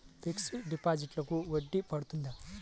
Fixed డిపాజిట్లకు వడ్డీ పడుతుందా?